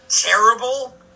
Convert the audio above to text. terrible